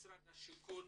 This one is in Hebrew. משרד השיכון